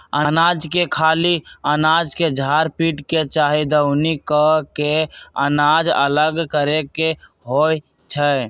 अनाज के खाली अनाज के झार पीट के चाहे दउनी क के अनाज अलग करे के होइ छइ